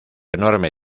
enorme